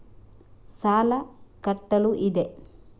ಸಾಲ ಕಟ್ಟಲು ಇದೆ